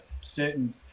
certain